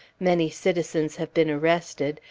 many citizens have been arrested,